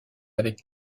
avec